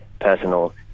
personal